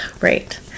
Right